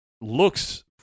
looks